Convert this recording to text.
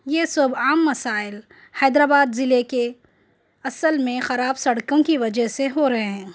یہ سب عام مسائل حیدرآباد ضلعے کے اصل میں خراب سڑکوں کی وجہ سے ہو رہے ہیں